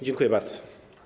Dziękuję bardzo.